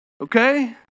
okay